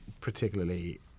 particularly